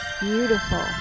beautiful